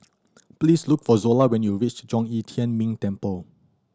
please look for Zola when you reach Zhong Yi Tian Ming Temple